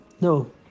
no